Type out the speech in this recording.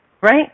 right